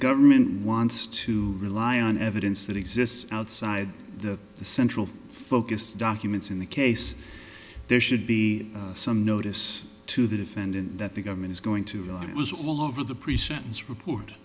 government wants to rely on evidence that exists outside the central focus documents in the case there should be some notice to the defendant that the government is going to go it was all over the pre sentence report